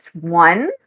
one